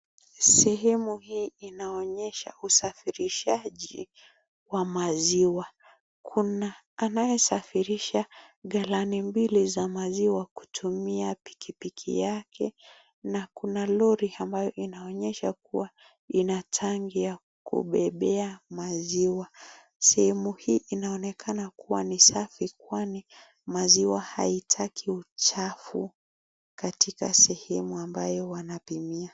Sehemu hii inaonyesha usafirishaji wa maziwa. Kuna anaye safirisha galani mbili za maziwa kutumia pikipiki yake na kuna lori ambayo inaonyesha kua ina tangi ya kubebea maziwa. Sehemu hii inaonekana kua ni safi kwani maziwa haitaki uchafu katika sehemu ambayo wanalipimia.